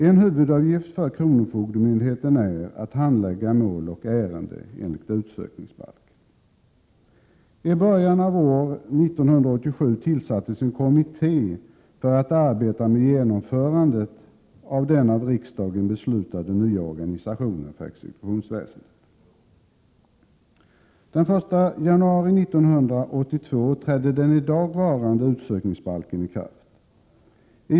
En huvuduppgift för kronofogdemyndigheten är att handlägga mål och ärenden enligt utsökningsbalken. I början av år 1987 tillsattes en kommitté för att arbeta med genomförandet av den av riksdagen beslutade nya organisationen för exekutionsväsendet. Den 1 januari 1982 trädde den i dag varande utsökningsbalken i kraft.